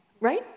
Right